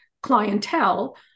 clientele